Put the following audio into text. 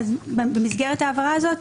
במסגרת ההבהרה הזאת,